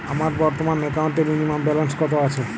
আমার বর্তমান একাউন্টে মিনিমাম ব্যালেন্স কত আছে?